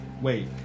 Wait